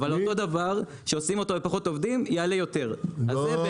אבל אותו דבר שעושים אותו בפחות עובדים יעלה יותר --- לא,